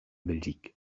belgique